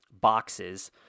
boxes